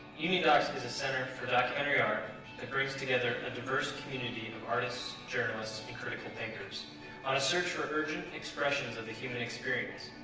uniondocs is a center for documentary ah that brings together a diverse community and of artists, journalists, and critical thinkers on a search for urgent expressions of the human experience,